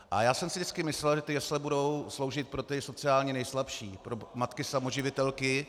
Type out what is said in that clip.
A já jsem si vždycky myslel, že ty jesle budou sloužit pro ty sociálně nejslabší, pro matky samoživitelky.